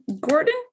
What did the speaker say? Gordon